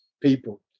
people